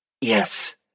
Yes